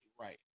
right